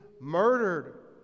murdered